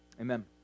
Amen